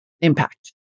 impact